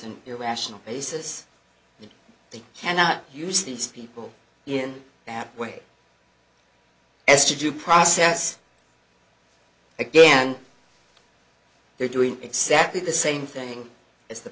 an irrational basis they cannot use these people in that way as to due process again they're doing exactly the same thing as the